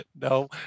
No